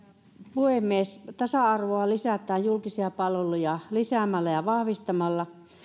puhemies tasa arvoa lisätään julkisia palveluja lisäämällä ja vahvistamalla